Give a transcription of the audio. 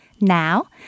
Now